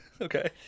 Okay